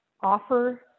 offer